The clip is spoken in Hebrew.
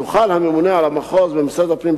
יוכל הממונה על המחוז במשרד הפנים,